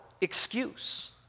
excuse